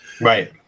right